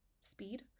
speed